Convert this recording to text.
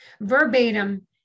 verbatim